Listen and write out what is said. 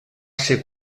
ser